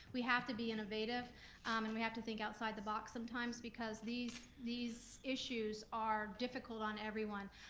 we have to be innovative and we have to think outside the box sometimes because these these issues are difficult on everyone.